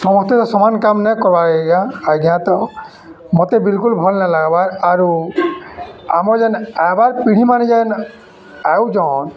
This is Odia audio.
ସମସ୍ତେ ତ ସମାନ୍ କାମ୍ ନାଇଁ କର୍ବାର୍ ଆଜ୍ଞା ଆଜ୍ଞା ତ ମତେ ବିଲ୍କୁଲ୍ ଭଲ୍ ନାଇଁ ଲାଗ୍ବାର୍ ଆରୁ ଆମର୍ ଯେନ୍ ଆଏବାର୍ ପିଢ଼ିମାନେ ଯେନ୍ ଆଉଛନ୍